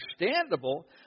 understandable